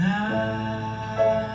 Now